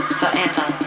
forever